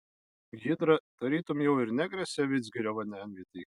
hidra tarytum jau ir negresia vidzgirio vandenvietei